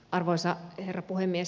arvoisa herra puhemies